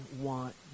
want